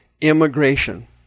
immigration